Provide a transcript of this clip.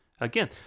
Again